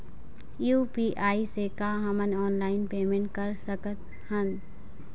UPI से का हमन ऑनलाइन पेमेंट कर सकत हन?